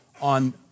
on